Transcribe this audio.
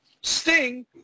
Sting